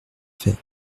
fait